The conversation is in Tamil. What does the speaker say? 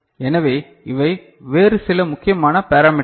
எனவே இவை வேறு சில முக்கியமான பெராமீட்டர்கள்